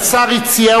השר הציע,